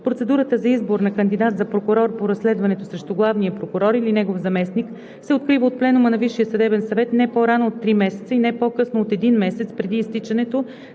Процедурата за избор на кандидат за прокурор по разследването срещу главния прокурор или негов заместник се открива от пленума на Висшия съдебен съвет не по-рано от три месеца и не по-късно от един месец преди изтичането